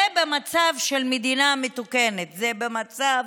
זה במצב של מדינה מתוקנת, במצב